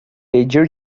pedir